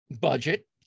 budget